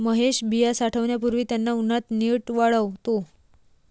महेश बिया साठवण्यापूर्वी त्यांना उन्हात नीट वाळवतो